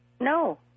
No